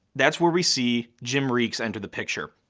that's where we see jim reekes enter the picture.